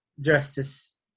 justice